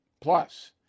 Plus